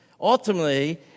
Ultimately